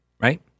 right